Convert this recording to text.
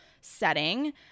setting